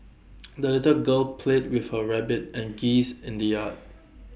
the little girl played with her rabbit and geese in the yard